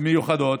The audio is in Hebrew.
מיוחדות.